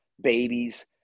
babies